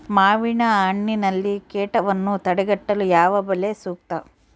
ಮಾವಿನಹಣ್ಣಿನಲ್ಲಿ ಕೇಟವನ್ನು ತಡೆಗಟ್ಟಲು ಯಾವ ಬಲೆ ಸೂಕ್ತ?